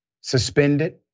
suspended